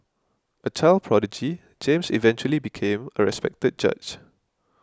a child prodigy James eventually became a respected judge